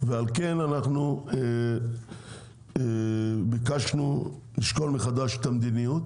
ועל כן אנחנו ביקשנו לשקול מחדש את המדיניות